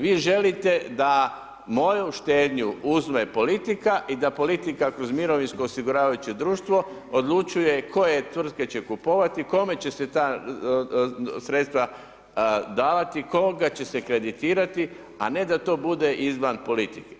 Vi želite da moju štednju uzme politika i da politika kroz mirovinsko osiguravajuće društvo odlučuje koje tvrtke će kupovati, kome će se ta sredstva davati, koga će se kreditirati a ne da to bude izvan politike.